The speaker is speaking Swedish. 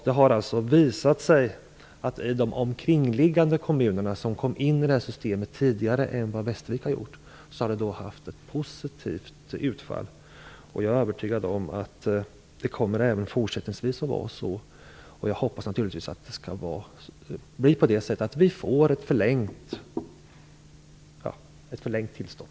Det har alltså visat sig att man i de omkringliggande kommunerna, som kom in i det här systemet tidigare än vad Västervik gjorde, har haft ett positivt utfall. Jag är övertygad om att det även fortsättningsvis kommer att vara så. Jag hoppas naturligtvis att det skall bli på det sättet att vi får ett förlängt tillstånd.